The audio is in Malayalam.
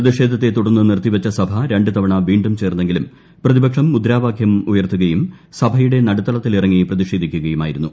പ്രതിഷേധത്തെ തുടർന്ന് നിർത്തി വച്ച് സ്ഭ് രണ്ട് തവണ വീണ്ടും ചേർന്നെങ്കിലും പ്രതിപക്ഷം മുദ്രാവാക്യമു്യർത്തുകയും സഭയുടെ നടുത്തളത്തിൽ ഇറങ്ങി പ്രതിഷേധിക്കുകയുമായിരുന്നു